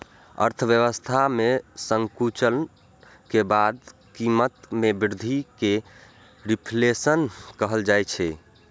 अर्थव्यवस्था मे संकुचन के बाद कीमत मे वृद्धि कें रिफ्लेशन कहल जाइ छै